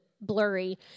blurry